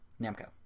Namco